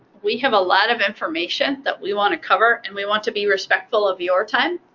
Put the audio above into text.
we have a lot of information that we want to cover. and we want to be respectful of your time.